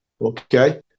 Okay